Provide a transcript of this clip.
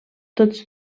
tots